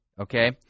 okay